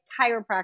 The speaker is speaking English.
chiropractor